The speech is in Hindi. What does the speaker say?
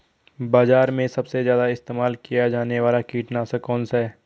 बाज़ार में सबसे ज़्यादा इस्तेमाल किया जाने वाला कीटनाशक कौनसा है?